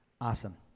Awesome